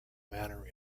manner